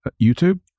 YouTube